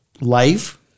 life